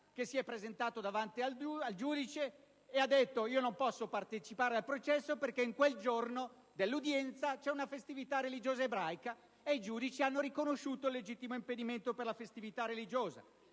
si è presentato davanti al giudice sostenendo di non poter partecipare al processo perché nel giorno dell'udienza ricorreva una festività religiosa ebraica; in quel caso i giudici hanno riconosciuto il legittimo impedimento per la festività religiosa.